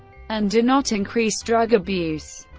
and do not increase drug abuse.